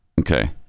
Okay